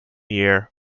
year